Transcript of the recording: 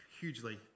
hugely